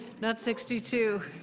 that's sixty two.